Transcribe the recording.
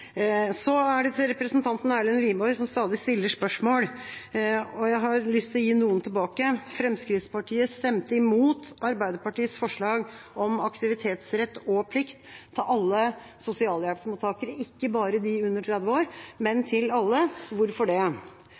til representanten Erlend Wiborg, som stadig stiller spørsmål. Jeg har lyst til å stille noen tilbake. Fremskrittspartiet stemte imot Arbeiderpartiets forslag om aktivitetsrett og -plikt for alle sosialhjelpsmottakere – ikke bare for dem under 30 år, men alle. Hvorfor det?